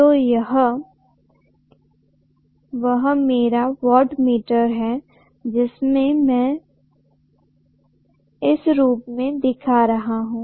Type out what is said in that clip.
तो यह मेरा वॉटमीटर है जिसे में इस रूप में दिखा रहा हूं